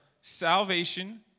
salvation